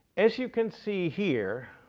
as you can see here,